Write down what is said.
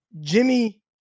Jimmy